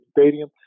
stadium